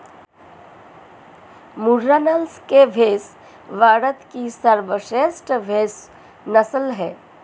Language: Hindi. मुर्रा नस्ल की भैंस भारत की सर्वश्रेष्ठ भैंस नस्ल है